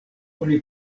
oni